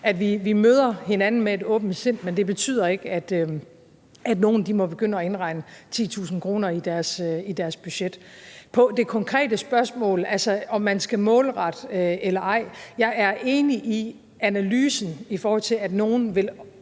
Vi møder hinanden med et åbent sind, men det betyder ikke, at nogen må begynde at indregne 10.000 kr. i deres budget. Så er der det konkrete spørgsmål, nemlig om man skal målrette eller ej. Jeg er enig i analysen, i forhold til at nogle